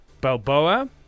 Balboa